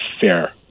fair